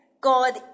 God